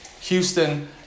Houston